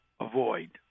avoid